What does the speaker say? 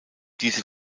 diese